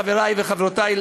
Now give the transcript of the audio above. חברי וחברותי,